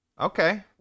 Okay